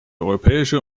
europäische